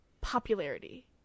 popularity